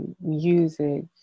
music